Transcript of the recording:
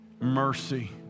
mercy